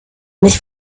mich